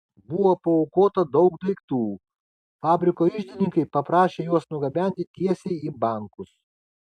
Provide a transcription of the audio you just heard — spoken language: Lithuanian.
buvo paaukota daug daiktų fabriko iždininkai paprašė juos nugabenti tiesiai į bankus